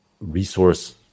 resource